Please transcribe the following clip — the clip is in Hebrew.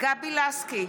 גבי לסקי,